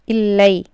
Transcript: இல்லை